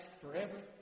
forever